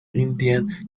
indian